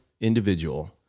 individual